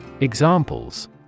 Examples